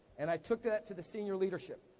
and i took that to the senior leadership,